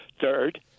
third